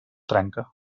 trenca